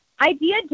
idea